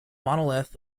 monolith